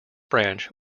branch